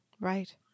Right